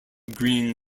green